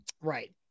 Right